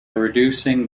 reducing